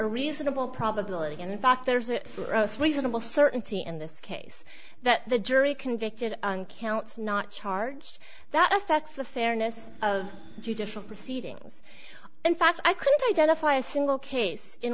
a reasonable probability and in fact there's a gross reasonable certainty in this case that the jury convicted on counts not charge that affects the fairness of judicial proceedings in fact i couldn't identify a single case in